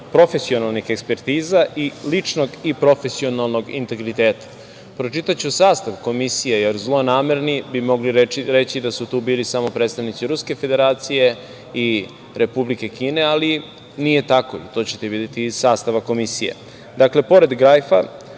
profesionalnih ekspertiza i ličnog i profesionalnog integriteta. Pročitaću sastav Komisije, jer zlonamerni bi mogli reći da su tu bili samo predstavnici Ruske Federacije i Republike Kine, ali nije tako i to ćete videti iz sastava Komisije. Dakle, pored Gajfa,